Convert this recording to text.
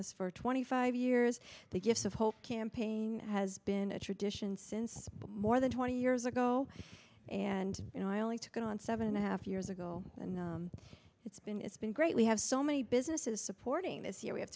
this for twenty five years the gifts of hope campaign has been a tradition since more than twenty years ago and you know i only took it on seven and a half years ago and it's been it's been great we have so many businesses supporting this year we have